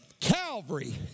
Calvary